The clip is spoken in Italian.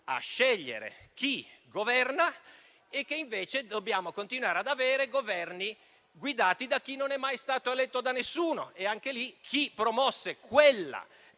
a scegliere chi governa e che invece dobbiamo continuare ad avere Governi guidati da chi non è mai stato eletto da nessuno. Anche in questo